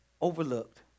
overlooked